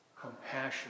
compassion